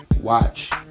watch